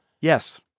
yes